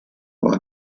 war